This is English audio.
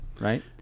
right